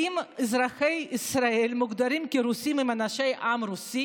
האם אזרחי ישראל המוגדרים רוסים הם אנשי העם הרוסי